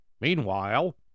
Meanwhile